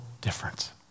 difference